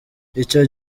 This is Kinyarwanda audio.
icyo